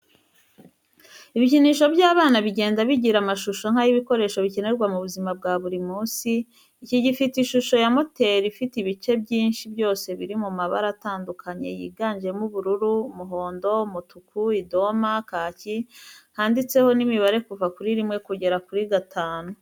Ibikinisho by'abana bigenda bigira iamashusho nk'ay'ibikoresho bikenerwa mu buzima bwa buri munsi, iki gifite ishusho ya moteri ifite ibice byinshi byose biri mu mabara atandukanye yiganjemo ubururu, umuhondo, umutuku, idoma, kaki, handitseho n'imibare kuva kuri rimwe kugera kuri gatanu.